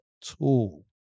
tool